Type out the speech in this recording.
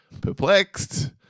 perplexed